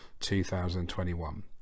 2021